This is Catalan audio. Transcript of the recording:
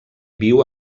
viu